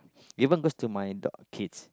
even goes to my daugh~ kids